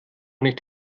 nicht